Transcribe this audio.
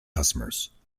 customers